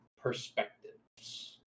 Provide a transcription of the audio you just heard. perspectives